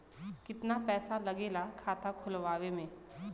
कितना पैसा लागेला खाता खोलवावे में?